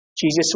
Jesus